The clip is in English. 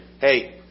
hey